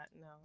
no